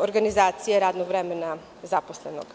organizacije radnog vremena zaposlenog.